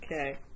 Okay